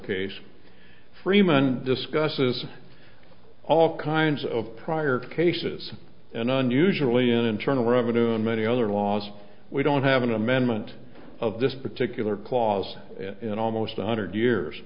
case freeman discusses all kinds of prior cases an unusually in internal revenue and many other laws we don't have an amendment of this particular clause in almost one hundred years